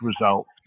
results